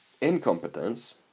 Incompetence